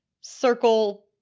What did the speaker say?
circle